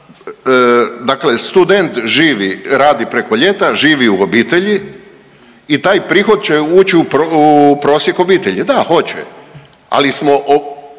dakle student živi, radi preko ljeta, živi u obitelji i taj prihod će ući u prosjek obitelji, da, hoće, ali smo